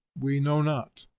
we know not.